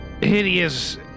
hideous